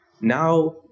Now